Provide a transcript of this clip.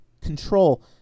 control